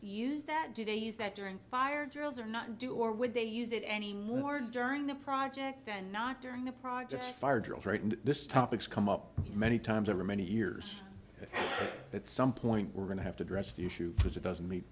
use that do they use that during fire drills or not do or would they use it any more during the project and not during the project fire drills right and this topics come up many times over many years at some point we're going to have to dress the issue because it doesn't mean